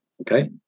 Okay